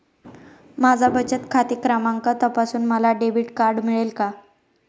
माझा बचत खाते क्रमांक तपासून मला डेबिट कार्ड मिळेल का?